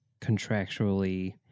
contractually